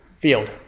Field